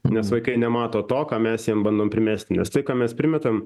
nes vaikai nemato to ką mes jiems bando primesti nes tai ką mes primetam